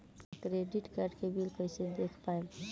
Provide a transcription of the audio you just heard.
हमरा credit card के bill हम कइसे देख पाएम?